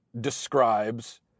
describes